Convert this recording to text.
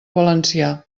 valencià